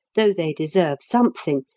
though they deserve something,